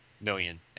million